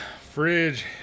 Fridge